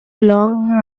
long